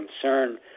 concern